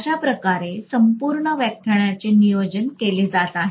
अश्याप्रकारे संपूर्ण व्याख्यानाचे नियोजन केले जात आहे